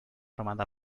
armada